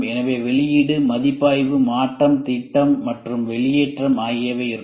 எனவே வெளியீடுமதிப்பாய்வு மாற்றம் திட்டம் மற்றும் வெளியேற்றம் ஆகியவை இருக்கும்